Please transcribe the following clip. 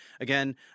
again